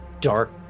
dark